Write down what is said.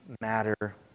matter